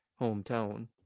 hometown